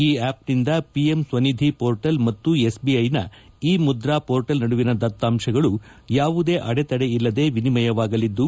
ಈ ಆಪ್ನಿಂದ PM SVANidhi portal ಮತ್ತು ಎಸ್ಬಿಐನ ಇ ಮುದ್ರಾ ಪೋರ್ಟಲ್ ನಡುವಿನ ದತ್ತಾಂಶಗಳು ಯಾವುದೇ ಅಡೆ ತದೆ ಇಲ್ಲದೆ ವಿನಿಮಯವಾಗಲಿದ್ದು